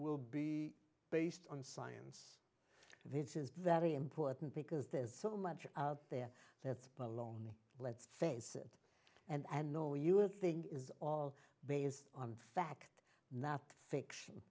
will be based on science this is very important because there's so much out there that's baloney let's face it and i know you would think it is all based on fact nath fiction